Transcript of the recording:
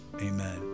amen